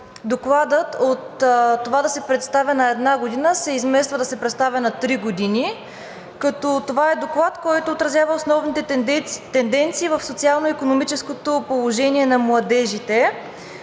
докладът от това да се представя на една година се измества да се представя на три години, като това е доклад, който отразява основните тенденции в социално-икономическото положение на младежите.